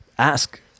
Ask